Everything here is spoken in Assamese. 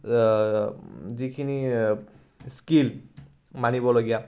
যিখিনি স্কিল মানিবলগীয়া